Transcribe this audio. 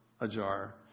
ajar